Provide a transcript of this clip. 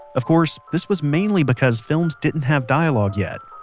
of course, this was mainly because films didn't have dialog yet,